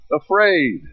afraid